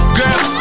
girl